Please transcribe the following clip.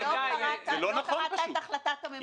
לא קראת את החלטת הממונה.